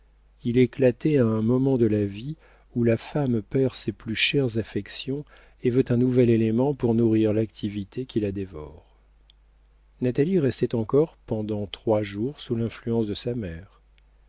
il éclatait à un moment de la vie où la femme perd ses plus chères affections et veut un nouvel élément pour nourrir l'activité qui la dévore natalie restait encore pendant trois jours sous l'influence de sa mère